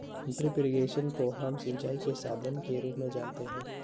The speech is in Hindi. ड्रिप इरिगेशन को हम सिंचाई के साधन के रूप में जानते है